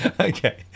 Okay